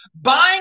Buying